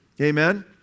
Amen